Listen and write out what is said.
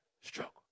struggle